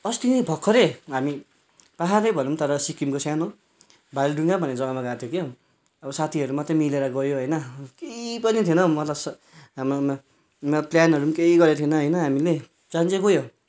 अस्ति नि भर्खरै हामी पाहाडै भनौँ तर सिक्किमको सानो भालेढुङ्गा भन्ने जग्गामा गएको थियौँ क्या अब साथीहरू मात्रै मिलेर गयो होइन केही पनि थिएन मतलब आम्मामा प्लानहरू पनि केही गरेको थिएन हामीले जानु चाहिँ गयो